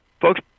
Folks